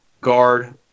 guard